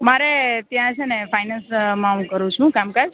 મારે ત્યાં છે ને ફાઇનાન્સમાં હું કરું છું કામકાજ